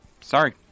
Sorry